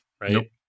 right